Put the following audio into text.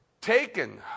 taken